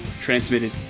transmitted